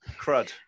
crud